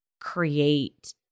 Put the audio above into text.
create